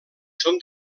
són